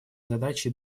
задачей